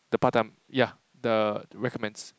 the part time yeah the recommends